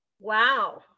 Wow